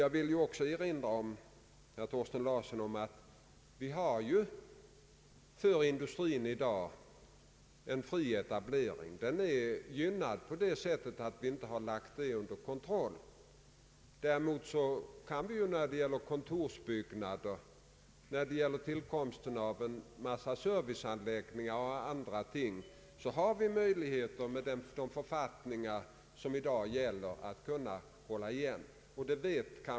Jag vill också erinra herr Thorsten Larsson om att vi för industrin i dag har en fri etablering. Den är gynnad på det sättet att vi inte lagt den under kontroll. När det däremot gäller kontorsbyggnader, serviceanläggningar och andra ting har vi, med de författningar som i dag gäller, möjligheter att hålla igen.